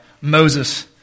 Moses